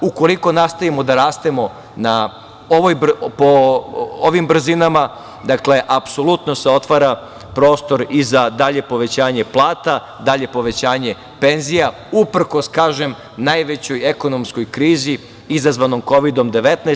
Ukoliko nastavimo da rastemo po ovim brzinama, apsolutno se otvara prostor i za dalje povećanje plata, dalje povećanje penzija, uprkos, kažem, najvećoj ekonomskoj krizi, izazvanom Kovidom-19.